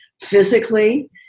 physically